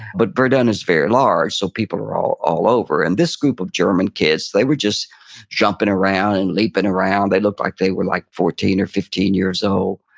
but verdun is very large, so people are all all over. and this group of german kids, they were just jumping around, around, and leaping around, they looked like they were like fourteen or fifteen years old.